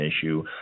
issue –